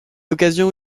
occasion